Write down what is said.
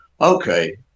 okay